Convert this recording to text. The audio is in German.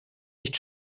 nicht